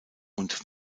und